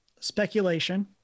speculation